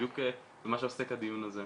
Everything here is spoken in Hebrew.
בדיוק במה שעוסק הדיון הזה,